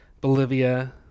Bolivia